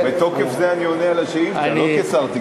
מתוקף זה אני עונה על השאילתה, לא כשר התקשורת.